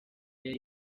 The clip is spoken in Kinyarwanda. yari